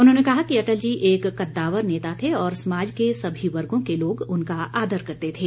उन्होंने कहा कि अटल जी एक कद्दावर नेता थे और समाज के सभी वर्गों के लोग उनका आदर करते थे